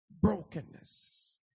Brokenness